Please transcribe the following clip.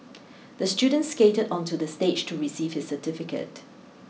the student skated onto the stage to receive his certificate